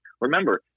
Remember